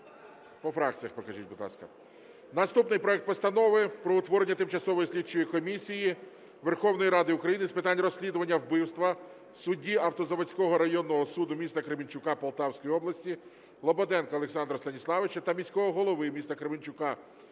Наступний проект Постанови про утворення Тимчасової слідчої комісії Верховної Ради України з питань розслідування вбивства судді Автозаводського районного суду міста Кременчука Полтавської області Лободенка Олександра Станіславовича та міського голови міста Кременчука